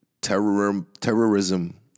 terrorism